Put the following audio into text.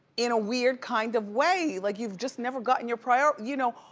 in a weird kind of way. like you've just never gotten your priority, you know.